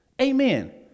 Amen